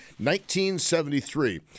1973